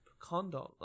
condom